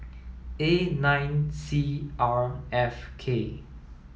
A nine C R F K